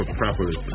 properly